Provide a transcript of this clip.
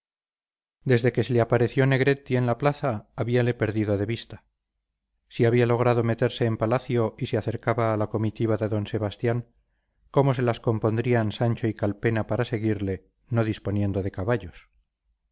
desde que se le apareció negretti en la plaza habíale perdido de vista si había logrado meterse en palacio y se agregaba a la comitiva de d sebastián cómo se las compondrían sancho y calpena para seguirle no disponiendo de caballos